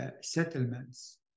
settlements